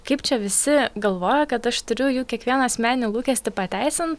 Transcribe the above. kaip čia visi galvoja kad aš turiu jų kiekvieną asmeninį lūkestį pateisint